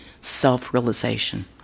self-realization